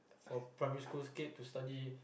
for primary school kid to study